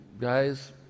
guys